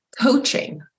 coaching